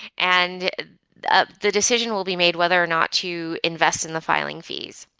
and ah the decision will be made whether or not to invest in the filing fees.